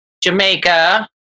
Jamaica